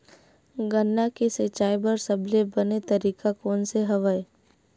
गन्ना के सिंचाई बर सबले बने तरीका कोन से हवय?